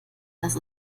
dass